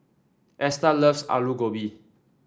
Esta loves Aloo Gobi